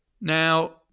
now